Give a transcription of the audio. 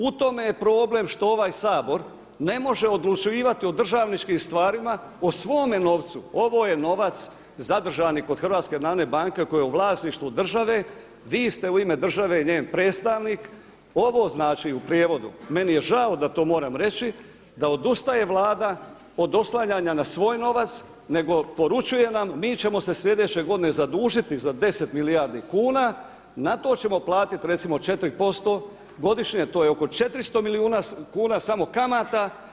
U tome je problem što ovaj Sabor ne može odlučivati o državničkim stvarima, o svome novcu, ovo je novac zadržani kod HNB-a koji je u vlasništvu države, vi ste u ime države njen predstavnik, ovo znači u prijevodu, meni je žao da to moram reći da odustaje Vlada od oslanjana na svoj novac nego poručuje nam mi ćemo se sljedeće godine zadužiti za 10 milijardi kuna, na to ćemo platiti recimo 4% godišnje, a to je oko 400 milijuna kuna samo kamate.